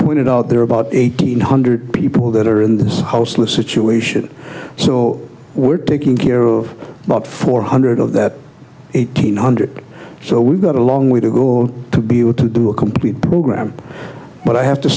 pointed out there are about eighteen hundred people that are in this whole slew situation so we're taking care of about four hundred of that eighteen hundred so we've got a long way to go to be able to do a complete program but i have to